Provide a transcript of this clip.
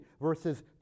verses